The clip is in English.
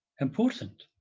important